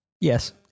Yes